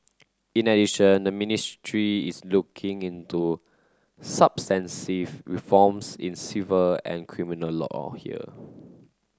in addition the ministry is looking into reforms in civil and criminal law on here